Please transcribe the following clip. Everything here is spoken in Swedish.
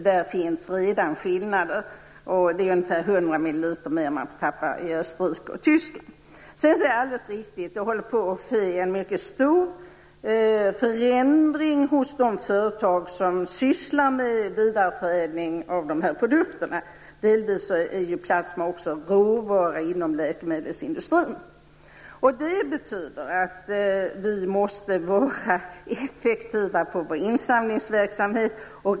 Där finns redan skillnader. Man får tappa ungefär Det är alldeles riktigt att det håller på att ske en mycket stor förändring hos de företag som sysslar med vidareförädling av dessa produkter. Plasma är ju också en råvara inom läkemedelsindustrin. Det betyder att vi måste vara effektiva i vår insamlingsverksamhet.